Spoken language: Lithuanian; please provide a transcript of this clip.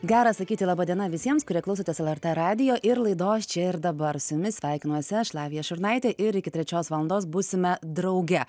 gera sakyti laba diena visiems kurie klausotės lrt radijo ir laidos čia ir dabar su jumis sveikinuosi aš lavija šurnaitė ir iki trečios valandos būsime drauge